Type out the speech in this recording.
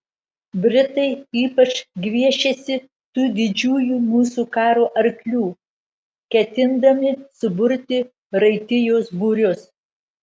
britai ypač gviešiasi tų didžiųjų mūsų karo arklių ketindami suburti raitijos būrius